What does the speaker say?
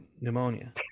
pneumonia